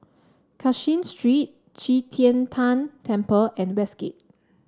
Cashin Street Qi Tian Tan Temple and Westgate